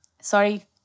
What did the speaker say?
sorry